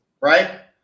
right